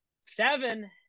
seven